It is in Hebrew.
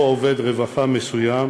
או עובד רווחה מסוים,